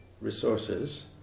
resources